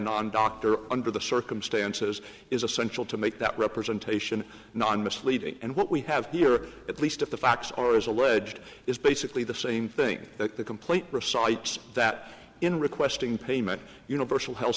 non doctor under the circumstances is essential to make that representation non misleading and what we have here at least if the facts are as alleged is basically the same thing that the complaint recites that in requesting payment universal health